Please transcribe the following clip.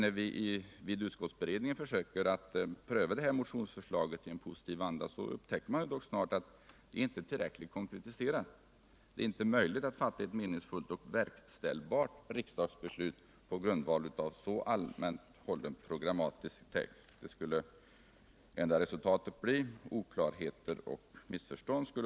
När vi emellertid vid utskottsberedningen försökte pröva det här motionstörslaget i en positiv anda, upptäckte vi snart Det särskilda yttrandet ger inte anledning till några större utläggningar. Man kant.o.m.